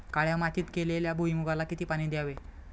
काळ्या मातीत केलेल्या भुईमूगाला किती पाणी द्यावे?